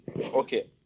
okay